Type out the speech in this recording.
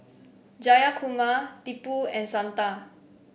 Jayakumar Tipu and Santha